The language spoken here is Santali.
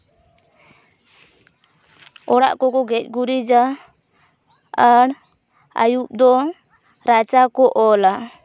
ᱚᱲᱟᱜ ᱠᱚᱠᱚ ᱜᱮᱡ ᱜᱩᱨᱤᱡᱟ ᱟᱨ ᱟᱹᱭᱩᱵ ᱫᱚ ᱨᱟᱪᱟ ᱠᱚ ᱚᱞᱟ